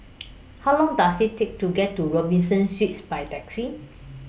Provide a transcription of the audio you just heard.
How Long Does IT Take to get to Robinson Suites By Taxi